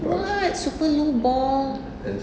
what super low ball